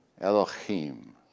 Elohim